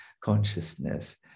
consciousness